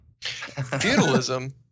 Feudalism